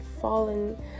fallen